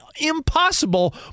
impossible